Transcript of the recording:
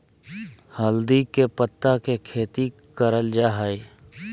हल्दी के पत्ता के खेती करल जा हई